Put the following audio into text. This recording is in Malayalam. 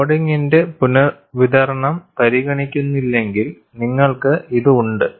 ലോഡിംഗിന്റെ പുനർവിതരണം പരിഗണിക്കുന്നില്ലെങ്കിൽ നിങ്ങൾക്ക് ഇത് ഉണ്ട്